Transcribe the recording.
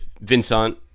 Vincent